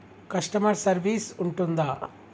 Customer service ఉంటుందా?